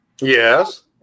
yes